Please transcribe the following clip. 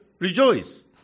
rejoice